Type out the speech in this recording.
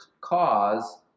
cause